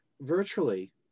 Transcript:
virtually